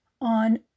on